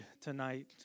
tonight